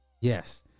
Yes